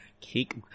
cake